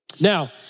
Now